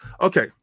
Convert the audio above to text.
okay